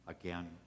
again